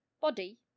Body